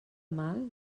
mal